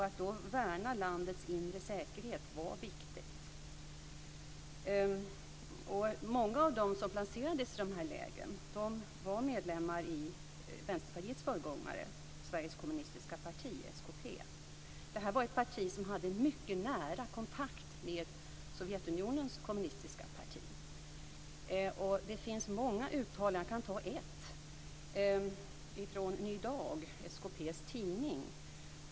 Att då värna landets inre säkerhet var viktigt. Många av dem som placerades i dessa läger var medlemmar i Vänsterpartiets föregångare Sveriges kommunistiska parti, SKP. Det var ett parti som hade mycket nära kontakt med Sovjetunionens kommunistiska parti. Det finns många uttalanden. Jag kan ta ett från Ny Dag, SKP:s tidning.